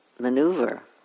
maneuver